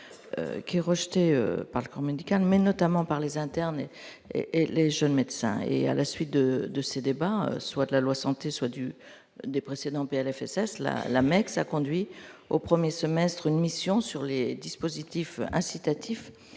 qui rejetée par médical mais notamment par les internes et les jeunes médecins et à la suite de de ces débats, souhaite la loi santé soit du nez précédent PLFSS la la AM-EX ça conduit au 1er semestre une mission sur les dispositifs incitatifs